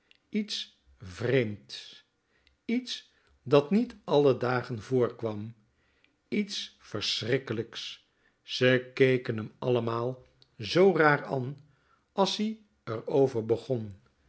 iets vreemds iets dat niet alle dagen voorkwam iets ver ze keken m allemaal zoo rààr an as-ie r over begon